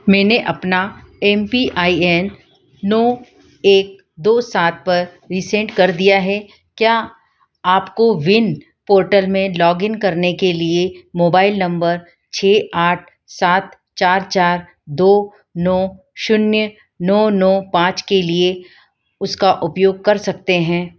मैंने अपना M P I N नौ एक दो सात पर रीसेंट कर दिया है क्या आप कोविन पोर्टल में लॉग इन करने के लिए मोबाइल नंबर छः आठ सात चार चार दो नौ शून्य नौ नौ पाँच के लिए उसका उपयोग कर सकते हैं